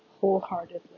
wholeheartedly